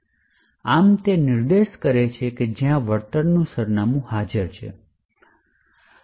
આ તે નિર્દેશ કરે છે જ્યાં વળતર સરનામું હાજર છે